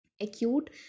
acute